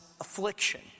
affliction